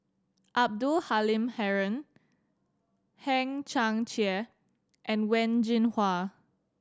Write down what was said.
Abdul Halim Haron Hang Chang Chieh and Wen Jinhua